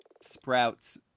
sprouts